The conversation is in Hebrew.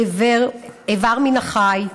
איבר מן החי.